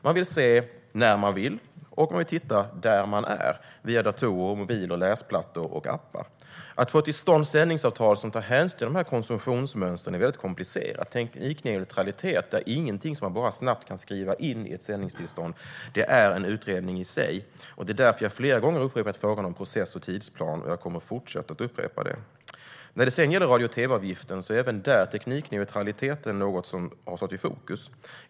Man vill titta när man vill och där man är, via datorer, mobiler, läsplattor och appar. Att få till stånd sändningsavtal som tar hänsyn till dessa konsumtionsmönster är väldigt komplicerat. Teknikneutralitet är ingenting som man bara snabbt kan skriva in ett sändningstillstånd. Det är en utredning i sig. Det är därför jag flera gånger har upprepat frågan om process och tidsplan, och jag kommer att fortsätta att upprepa detta. Även när det gäller radio och tv-avgiften har teknikneutraliteten stått i fokus.